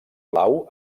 blau